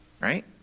right